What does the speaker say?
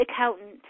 accountant